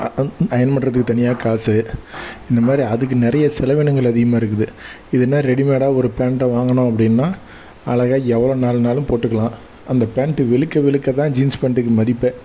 iron பண்ணுறதுக்கு தனியாக காசு இந்தமாதிரி அதுக்கு நிறைய செலவினங்கள் அதிகமாக இருக்குது இதுனா ரெடிமேடாக ஒரு பேண்ட்டை வாங்கினோம் அப்படினா அழகா எவ்வளோ நாளுன்னாலும் போட்டுக்கலாம் அந்த பேண்ட்டு வெளுக்க வெளுக்க தான் ஜீன்ஸ் பேண்ட்டுக்கு மதிப்பு